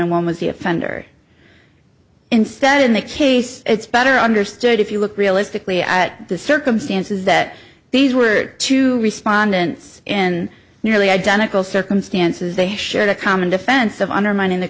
and one was the offender instead in the case it's better understood if you look realistically at the circumstances that these were two respondents in nearly identical circumstances they shared a common defense of undermining the